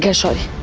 yeah shaurya.